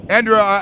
Andrew